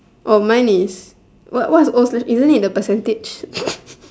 uh mine is what what what isn't it the percentage